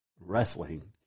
wrestling